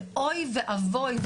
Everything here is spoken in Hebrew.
ואוי ואבוי,